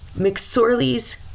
McSorley's